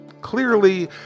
Clearly